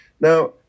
Now